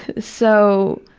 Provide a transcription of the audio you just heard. so,